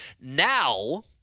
Now